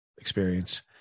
experience